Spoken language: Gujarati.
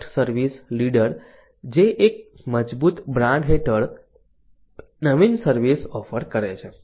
પ્રોડક્ટ સર્વિસ લીડર જે એક મજબૂત બ્રાન્ડ હેઠળ નવીન સર્વિસ ઓફર કરે છે